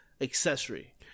accessory